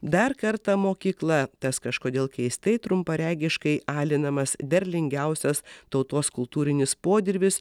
dar kartą mokykla tas kažkodėl keistai trumparegiškai alinamas derlingiausias tautos kultūrinis podirvis